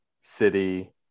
City